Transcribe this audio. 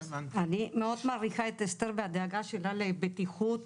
אני מאוד מעריכה את אסתר והדאגה שלה לבטיחות